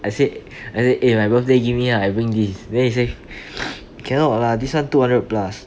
I said I said eh my birthday give me lah I bring this then he say cannot lah this one two hundred plus